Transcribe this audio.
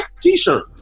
T-shirt